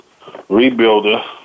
Rebuilder